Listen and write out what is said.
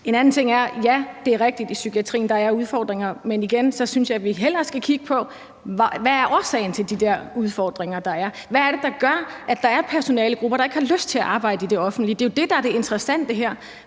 En anden ting er, at det er rigtigt, at der er udfordringer i psykiatrien, men igen synes jeg hellere, vi skal kigge på, hvad årsagen til de her udfordringer er, altså hvad det er, der gør, at der er personalegrupper, der ikke har lyst til at arbejde i det offentlige. Det er jo det, der er det interessante her,